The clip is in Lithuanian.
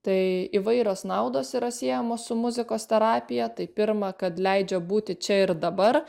tai įvairios naudos yra siejamos su muzikos terapija tai pirma kad leidžia būti čia ir dabar